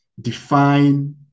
define